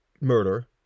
murder